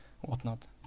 whatnot